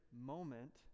moment